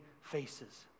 faces